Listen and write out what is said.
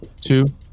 Two